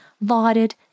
lauded